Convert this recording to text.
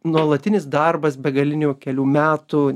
nuolatinis darbas begalinių kelių metų